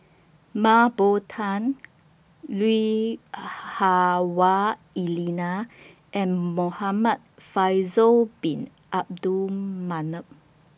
Mah Bow Tan Lui Hah Wah Elena and Muhamad Faisal Bin Abdul Manap